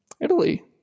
Italy